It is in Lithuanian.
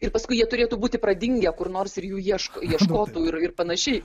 ir paskui jie turėtų būti pradingę kur nors ir jų ieško ieškotų ir ir panašiai